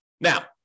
Now